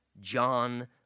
John